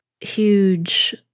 huge